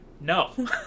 no